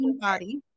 body